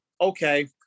okay